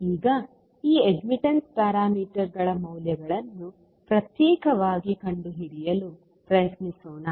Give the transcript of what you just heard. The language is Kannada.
ಈಗ ಈ ಅಡ್ಮಿಟೆನ್ಸ್ ಪ್ಯಾರಾಮೀಟರ್ಗಳ ಮೌಲ್ಯಗಳನ್ನು ಪ್ರತ್ಯೇಕವಾಗಿ ಕಂಡುಹಿಡಿಯಲು ಪ್ರಯತ್ನಿಸೋಣ